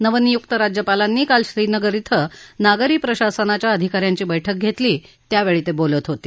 नवनियुक्त राज्यपालांनी काल श्रीनगर श्व नागरी प्रशासनाच्या अधिका यांची बैठक घेतली त्यावेळी ते बोलत होते